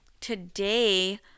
today